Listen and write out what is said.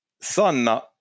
Sanna